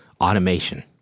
automation